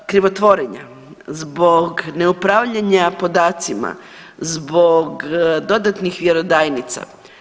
Zbog krivotvorenja, zbog neupravljanja podacima, zbog dodatnih vjerodajnica.